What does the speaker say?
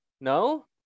No